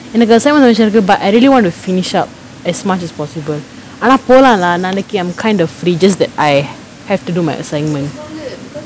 எனக்கு:enakku assignment submission இருக்கு:irukku but I really want to finish up as much as possible ஆனா போலா:aanaa polaa lah நாளைக்கு:naalaikku I'm kind of free just that I have to do my assignment